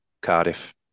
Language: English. Cardiff